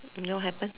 you know what happened